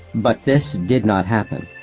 but this did not happen.